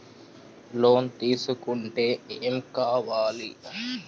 Loan తీసుకుంటే ఏం కావాలి?